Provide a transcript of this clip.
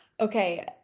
Okay